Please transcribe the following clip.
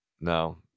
No